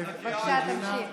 בבקשה, תמשיך.